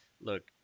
look